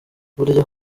burya